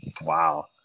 Wow